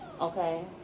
okay